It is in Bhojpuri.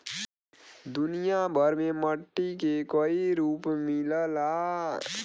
दुनिया भर में मट्टी के कई रूप मिलला